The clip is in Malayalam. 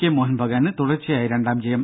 കെ മോഹൻബഗാന് തുടർച്ചയായ രണ്ടാം ജയം